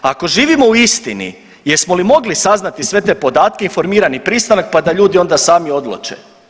Ako živimo u istini, jesmo li mogli saznati sve te podatke i informirani pristanak pa da ljudi onda sami odluče?